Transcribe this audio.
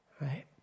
Right